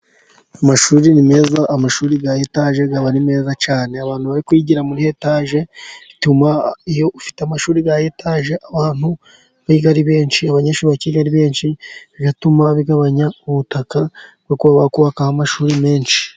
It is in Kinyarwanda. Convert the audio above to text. Amashuri ni meza. Amashuri ya etaje aba ari meza cyane. Abantu bari kwigira muri etaje bituma iyo ufite amashuri ya etaje, abantu biga ari benshi. Abanyeshuri bakiga ari benshi, bigatuma bigabanya ubutaka bwo kuba bakubakaho amashuri menshi.